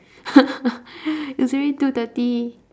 it's already two thirty